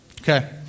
Okay